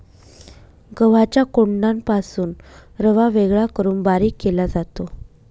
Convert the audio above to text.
गव्हाच्या कोंडापासून रवा वेगळा करून बारीक केला जातो